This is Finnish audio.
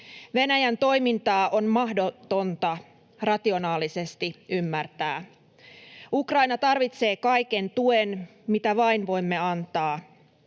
Venäjän toimintaa on mahdotonta rationaalisesti ymmärtää. Ukraina tarvitsee kaiken tuen, mitä vain voimme antaa.